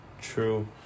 True